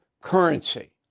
currency